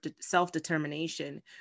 self-determination